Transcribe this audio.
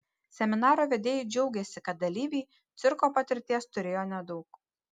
seminaro vedėjai džiaugėsi kad dalyviai cirko patirties turėjo nedaug